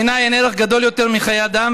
בעיניי אין ערך גדול יותר מחיי אדם,